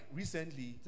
recently